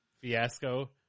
fiasco